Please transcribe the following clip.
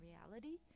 reality